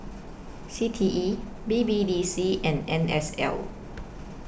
C T E B B D C and N S L